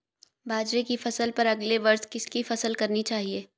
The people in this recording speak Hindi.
बाजरे की फसल पर अगले वर्ष किसकी फसल करनी चाहिए?